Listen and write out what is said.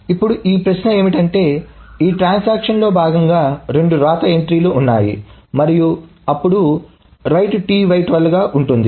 ఇప్పుడు ఈ ప్రశ్న ఏమిటంటే ఈ ట్రాన్సాక్షన్ లో భాగంగా రెండు వ్రాత ఎంట్రీలు ఉన్నాయి write T x 14 మరియు అప్పుడు write T y 12 ఉంది